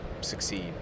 succeed